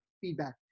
feedback